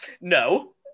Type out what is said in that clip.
No